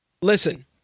Listen